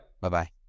Bye-bye